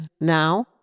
now